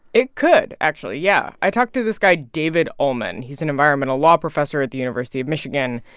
it could, actually. yeah. i talked to this guy david uhlmann. he's an environmental law professor at the university of michigan,